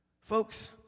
Folks